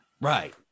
Right